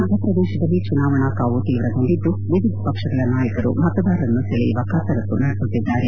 ಮಧ್ಯಪ್ರದೇತದಲ್ಲಿ ಚುನಾವಣಾ ಕಾವು ತೀವ್ರಗೊಂಡಿದ್ದು ವಿವಿಧ ಪಕ್ಷಗಳ ನಾಯಕರು ಮತದಾರರನ್ನು ಸೆಳೆಯುವ ಕಸರತ್ತು ನಡೆಸುತ್ತಿದ್ದಾರೆ